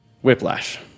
whiplash